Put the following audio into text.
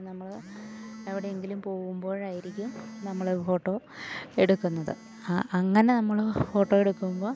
നമ്മൾ എവിടെയെങ്കിലും പോകുമ്പോഴായിരിക്കും നമ്മൾ ഫോട്ടോ എടുക്കുന്നത് അങ്ങനെ നമ്മൾ ഫോട്ടോയെടുക്കുമ്പോൾ